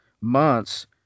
months